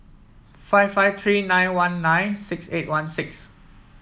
five five three nine one nine six eight one six